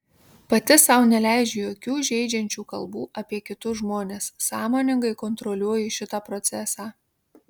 pati sau neleidžiu jokių žeidžiančių kalbų apie kitus žmones sąmoningai kontroliuoju šitą procesą